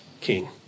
king